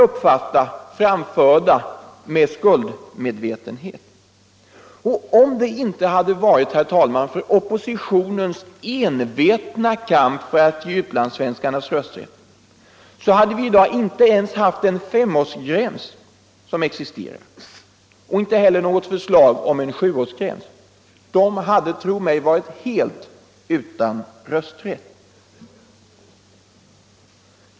Om det inte hade varit för oppositionens envetna kamp för att ge utlandssvenskarna rösträtt hade vi i dag inte ens haft den femårsgräns som existerar och inte heller något förslag om en sjuårsgräns. Utlandssvenskarna hade, tro mig, varit helt utan rösträtt.